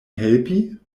helpi